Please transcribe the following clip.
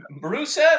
Bruce